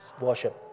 worship